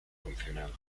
funcionado